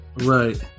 Right